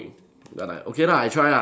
but uh okay lah I try lah